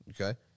Okay